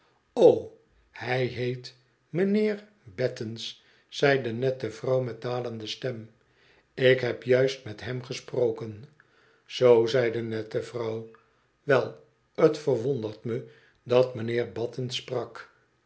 hij heet m'nheer battens zei de nette vrouw met dalende stem ik heb juist met hem gesproken zoo zei de nette vrouw wel t verwondert me dat m'nheer battens sprak